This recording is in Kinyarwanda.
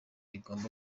igomba